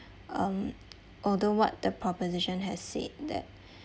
um although what the proposition has said that